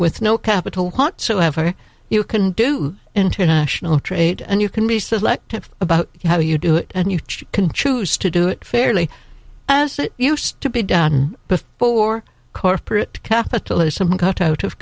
no capital so have very you can do international trade and you can be selective about how you do it and you can choose to do it fairly as it used to be done before corporate capitalism got out of